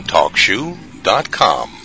TalkShoe.com